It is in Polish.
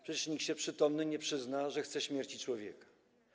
Przecież nikt przytomny się nie przyzna, że chce śmierci człowieka.